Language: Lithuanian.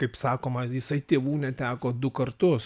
kaip sakoma jisai tėvų neteko du kartus